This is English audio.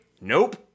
nope